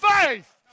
faith